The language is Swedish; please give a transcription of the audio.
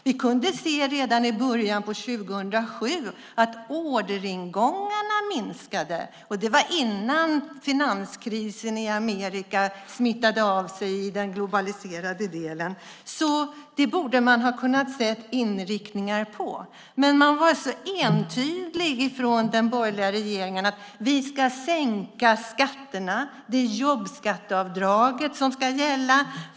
Vi kunde se redan i början av 2007 att orderingångarna minskade, och det var innan finanskrisen i Amerika smittade av sig globalt. Det borde man alltså ha kunnat se antydningar om. Men man var så entydig från den borgerliga regeringen och sade: Vi ska sänka skatterna; det är jobbskatteavdraget som ska gälla.